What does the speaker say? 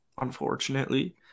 unfortunately